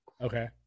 Okay